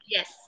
Yes